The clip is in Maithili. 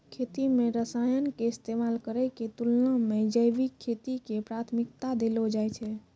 खेती मे रसायन के इस्तेमाल करै के तुलना मे जैविक खेती के प्राथमिकता देलो जाय छै